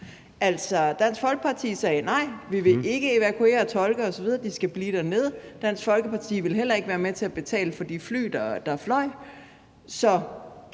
Dansk Folkeparti sagde: Nej, vi vil ikke evakuere tolke osv., de skal blive dernede. Dansk Folkeparti ville heller ikke være med til at betale for de fly, der fløj.